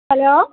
hello